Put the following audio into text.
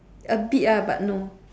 a bit ah but no